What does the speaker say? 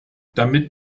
damit